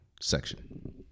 section